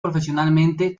profesionalmente